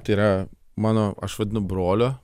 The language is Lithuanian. tai yra mano aš vadinu brolio